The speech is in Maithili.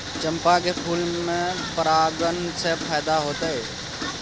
चंपा के फूल में परागण से फायदा होतय?